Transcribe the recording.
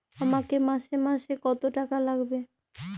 আমাকে মাসে মাসে কত টাকা লাগবে?